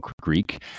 Greek